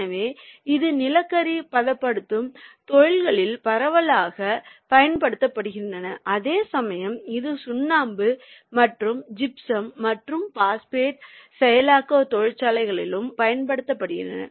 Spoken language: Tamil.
எனவே அது நிலக்கரி பதப்படுத்தும் தொழில்களில் பரவலாகப் பயன்படுத்தப்படுகிறது அதேசமயம் இது சுண்ணாம்பு மற்றும் ஜிப்சம் மற்றும் பாஸ்பேட் செயலாக்கத் தொழில்களிலும் பயன்படுத்தப்படுகிறது